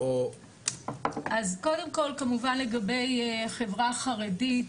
אז קודם כל כמובן לגבי החברה החרדית,